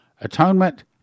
Atonement